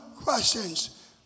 questions